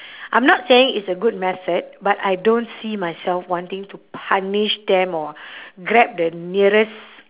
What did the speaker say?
I'm not saying it's a good method but I don't see myself wanting to punish them or grab the nearest